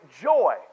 joy